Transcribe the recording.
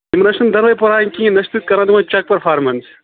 یِم نہٕ حظ چھِنہٕ دۄنوَے پَران یِم کِہیٖنۍ نا چھُو تُہی کَران یِمَن چَک پٔرفارمَنٕس